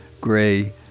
gray